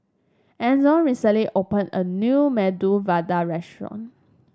Enzo recently opened a new Medu Vada Restaurant